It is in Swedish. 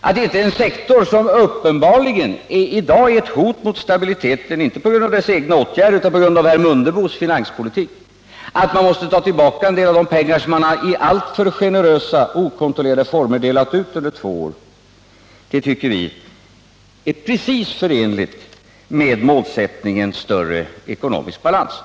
Alt i en sektor som i dag uppenbarligen är ett hot mot stabiliteten — inte på grund av dess egna åtgärder utan på grund av Mundebos finanspolitik — vara tvungen att ta tillbaka en del av de pengar som man i alltför generösa och okontrollerade former delat ut under två år tycker vi är precis förenligt med målsättningen större ekonomisk balans.